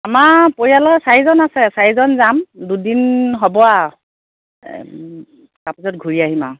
আমাৰ পৰিয়ালৰ চাৰিজন আছে চাৰিজন যাম দুদিন হ'ব আ তাৰপিছত ঘূৰি আহিম আ